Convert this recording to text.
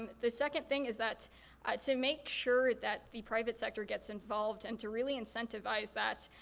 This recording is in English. and the second thing is that to make sure that the private sector gets involved and to really incentivize that.